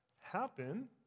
happen